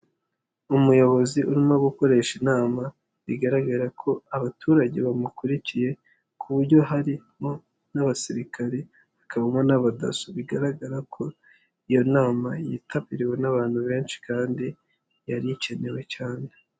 Umuyobozi urimo gukoresha inama bigaragara ko abaturage bamukurikiye ku buryo harimo n'Abasirikare, hakabona n'Abadaso, bigaragara ko iyo nama yitabiriwe n'abantu benshi kandi yari ikenewe cyane.